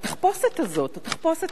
התחפושת הזאת.